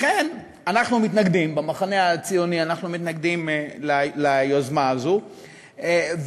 לכן אנחנו במחנה הציוני מתנגדים ליוזמה הזאת,